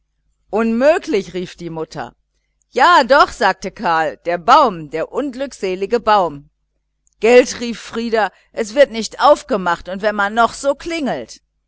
unmöglich rief die mutter ja doch sagte karl der baum der unglückselige baum gelt rief frieder es wird nicht aufgemacht wenn man noch so oft klingelt